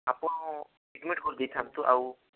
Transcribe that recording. ଆପଣ ଆଡମିଟ୍ କରିଦେଇଥାନ୍ତୁ ଆଉ